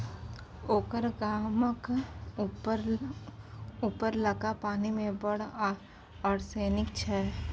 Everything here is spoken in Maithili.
ओकर गामक उपरलका पानि मे बड़ आर्सेनिक छै